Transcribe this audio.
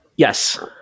Yes